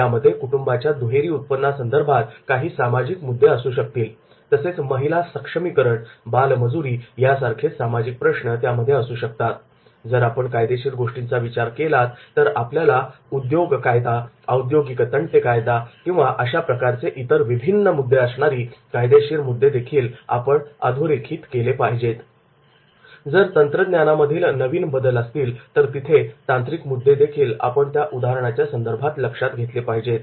यामध्ये कुटुंबाच्या दुहेरी उत्पन्न संदर्भात काही सामाजिक मुद्दे असू शकतील तसेच महिला सक्षमीकरण बाल मजुरी यासारखे सामाजिक प्रश्न त्यामध्ये असू शकतात जर आपण कायदेशीर गोष्टींचा विचार केला तर आपल्याला उद्योग कायदा औद्योगिक तंटे कायदा किंवा अशा प्रकारचे इतर विभिन्न मुद्दे असणारी कायदेशीर मुद्दे देखील आपण अधोरेखित केले पाहिजेत जर तंत्रज्ञानामधील नवीन बदल असतील तर तिथे तांत्रिक मुद्दे देखील आपण त्या उदाहरण या संदर्भात लक्षात घेतले पाहिजेत